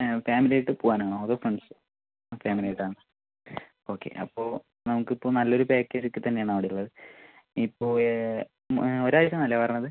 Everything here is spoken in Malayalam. ആ ഫാമിലി ആയിട്ട് പോകാനാണോ അതോ ഫ്രണ്ട്സ് ഫാമിലി ആയിട്ടാണ് ഓക്കെ അപ്പോൾ നമുക്ക് ഇപ്പോൾ നല്ല ഒരു പാക്കേജ് ഒക്കെ തന്നെ ആണ് അവിടെ ഉള്ളത് ഇപ്പോൾ ഒരാഴ്ച്ചയെന്നല്ലേ പറഞ്ഞത്